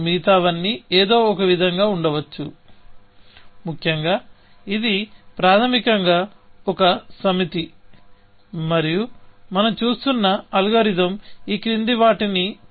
మిగతావన్నీ ఏదో ఒక విధంగా ఉండవచ్చు ముఖ్యంగా ఇది ప్రాథమికంగా ఒక సమితి మరియు మనం చూస్తున్న అల్గోరిథం ఈ క్రింది వాటిని చేస్తుంది